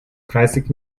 dreißig